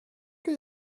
que